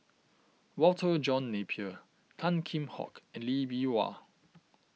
Walter John Napier Tan Kheam Hock and Lee Bee Wah